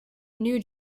new